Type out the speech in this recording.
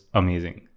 amazing